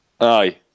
Aye